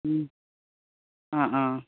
অ' অ'